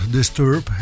Disturb